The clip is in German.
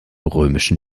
römischen